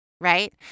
right